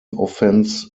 offence